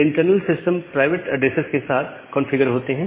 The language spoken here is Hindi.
इंटरनल सिस्टम प्राइवेट ऐड्रेसेस के साथ कंफीग्रर होते हैं